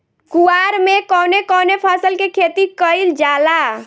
कुवार में कवने कवने फसल के खेती कयिल जाला?